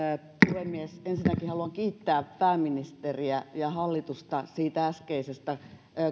puhemies ensinnäkin haluan kiittää pääministeriä ja hallitusta siitä äskeisestä